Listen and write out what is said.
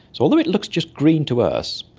so although it looks just green to us,